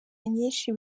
nyinshi